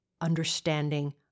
understanding